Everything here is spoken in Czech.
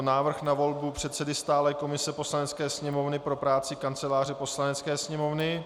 Návrh na volbu předsedy stálé komise Poslanecké sněmovny pro práci Kanceláře Poslanecké sněmovny